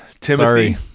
Timothy